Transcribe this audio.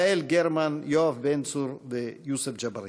יעל גרמן, יואב בן צור ויוסף ג'בארין.